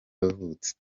yavutse